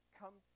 come